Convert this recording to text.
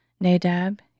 Nadab